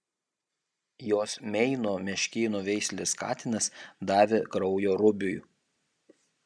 jos meino meškėno veislės katinas davė kraujo rubiui